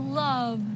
love